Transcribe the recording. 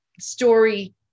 story